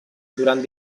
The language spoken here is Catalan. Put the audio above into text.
durant